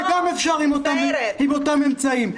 -- זה גם אפשרי עם אותם אמצעים.